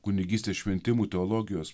kunigystės šventimų teologijos